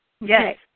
Yes